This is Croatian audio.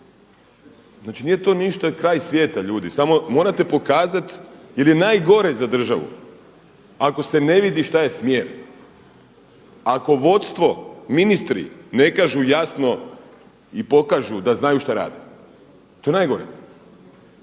Znači nije to ništa kraj svijeta ljudi, samo morate pokazat jer je najgore za državu ako se ne vidi šta je smjer. Ako vodstvo, ministri ne kažu jasno i pokažu da znaju šta rade. To je najgore.